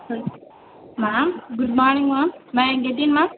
hello ma'am good morning ma'am may I get in ma'am